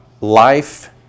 life